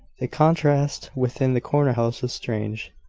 the contrast within the corner-house was strange.